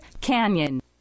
CANYON